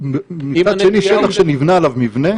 מצד שני, שטח שנבנה עליו מבנה